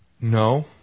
no